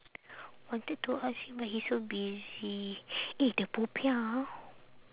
wanted to ask him but he so busy eh the popiah ah